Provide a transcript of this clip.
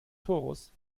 torus